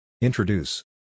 Introduce